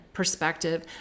perspective